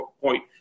point